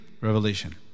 revelation